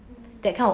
mm